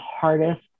hardest